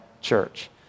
church